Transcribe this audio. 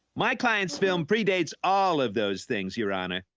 my client's film predates all of those things, your honor.